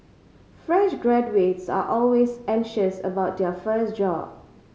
fresh graduates are always anxious about their first job